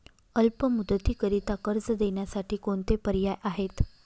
अल्प मुदतीकरीता कर्ज देण्यासाठी कोणते पर्याय आहेत?